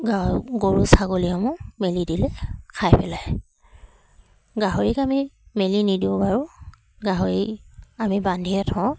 গাহ গৰু ছাগলীসমূহ মেলি দিলে খাই পেলায় গাহৰিক আমি মেলি নিদিওঁ বাৰু গাহৰি আমি বান্ধিয়ে থওঁ